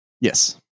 Yes